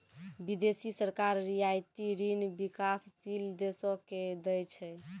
बिदेसी सरकार रियायती ऋण बिकासशील देसो के दै छै